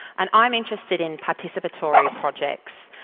and i'm interested in participatory projects,